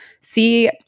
see